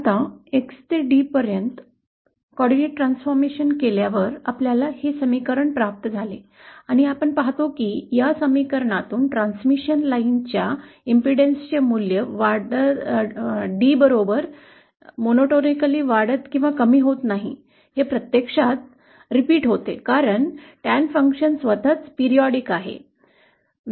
आता X ते D पर्यंत समन्वय परिवर्तन केल्यावर आपल्याला हे समीकरण प्राप्त झाले आणि आपण पाहतो की या समीकरणातून ट्रांसमिशन लाइनच्या प्रतिबाधाचे मूल्य वाढत D बरोबर एकपातिकरित्या वाढत किंवा कमी होत नाही हे प्रत्यक्षात पुन्हा होते कारण tan फंक्शन स्वतः नियतकालिक आहे